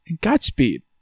Godspeed